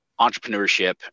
entrepreneurship